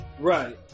Right